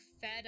fed